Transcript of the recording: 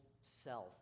self